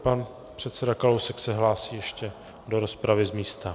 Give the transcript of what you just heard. Pan předseda Kalousek se hlásí ještě do rozpravy z místa.